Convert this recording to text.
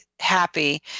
happy